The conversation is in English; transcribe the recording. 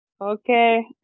Okay